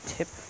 Tip